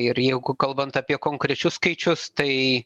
ir jeigu kalbant apie konkrečius skaičius tai